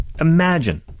Imagine